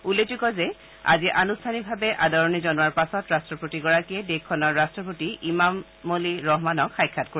উল্লেখযোগ্য যে আজি আনুষ্ঠানিকভাৱে আদৰণি জনোৱাৰ পাছত ৰট্টপতিগৰাকীয়ে দেশখনৰ ৰট্টপতি ইমামলী ৰহমানক সাক্ষাৎ কৰিব